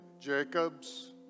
Jacobs